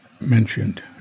mentioned